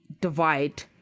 divide